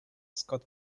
scott